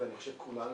ואני חושב שכולנו